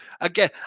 Again